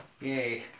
Yay